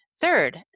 Third